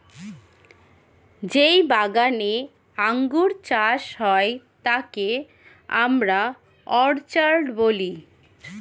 যেই বাগানে আঙ্গুর চাষ হয় তাকে আমরা অর্চার্ড বলি